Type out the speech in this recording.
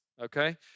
okay